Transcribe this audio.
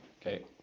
Okay